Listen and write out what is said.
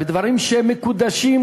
בדברים שהם מקודשים,